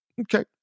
Okay